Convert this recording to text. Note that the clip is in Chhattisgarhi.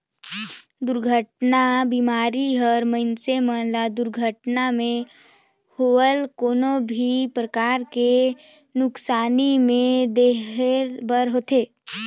दुरघटना बीमा हर मइनसे मन ल दुरघटना मे होवल कोनो भी परकार के नुकसानी में देहे बर होथे